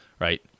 right